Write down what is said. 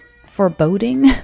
foreboding